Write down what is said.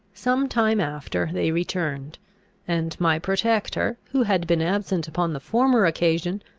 some time after they returned and my protector, who had been absent upon the former occasion,